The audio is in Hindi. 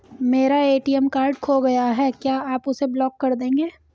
मेरा ए.टी.एम कार्ड खो गया है क्या आप उसे ब्लॉक कर देंगे?